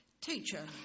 Teacher